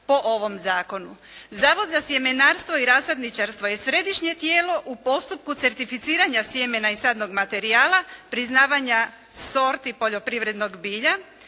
po ovom zakonu. Zavod za sjemenarstvo i rasadničarstvo je središnje tijelo u postupku certificiranja sjemena i sadnog materijala, priznavanja sorti poljoprivrednog bilja,